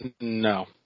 No